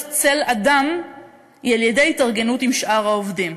צל אדם היא על-ידי התארגנות עם שאר העובדים.